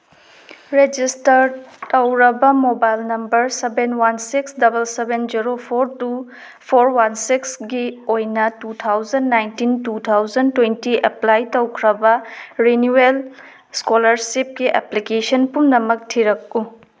ꯔꯦꯖꯤꯁꯇꯔꯠ ꯇꯧꯔꯕ mobile number seven one six double seven zero four two four one ꯁꯤꯛꯁꯀꯤ ꯑꯣꯏꯅ two thousand nineteen two thousand twenty apply ꯇꯧꯈ꯭ꯔꯕ renewal ꯏꯁꯀꯣꯂꯔꯁꯤꯞꯀꯤ application ꯄꯨꯝꯅꯃꯛ ꯊꯤꯔꯛꯎ